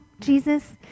Jesus